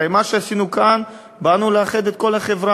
הרי מה שעשינו כאן, באנו לאחד את כל החברה,